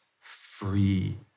free